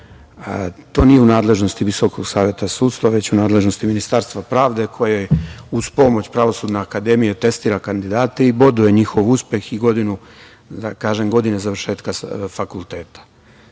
To nije u nadležnosti Visokog saveta sudstva, već u nadležnosti Ministarstva pravde koje, uz pomoć Pravosudne akademije, testira kandidate i boduje njihov uspeh i godine završetka fakulteta. Mi